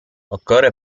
occorre